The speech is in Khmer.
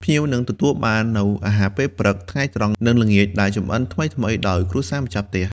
ភ្ញៀវនឹងទទួលបាននូវអាហារពេលព្រឹក ថ្ងៃត្រង់ និងល្ងាចដែលចម្អិនថ្មីៗដោយគ្រួសារម្ចាស់ផ្ទះ។